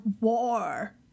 war